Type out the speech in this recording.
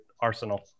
Arsenal